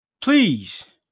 Please